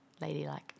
ladylike